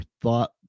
thought